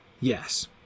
yes